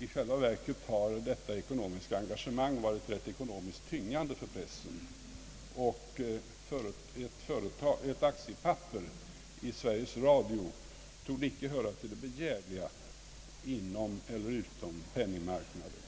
I själva verket har detta engagemang varit rätt ekonomiskt tyngande för pressen, och ett aktiepapper i Sveriges Radio torde icke höra till det begärliga inom eller utom marknaden.